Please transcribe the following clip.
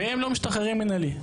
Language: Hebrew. והם לא משתחררים מינהלי.